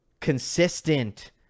consistent